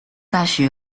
大学